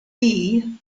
bee